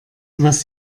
was